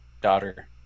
daughter